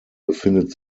befindet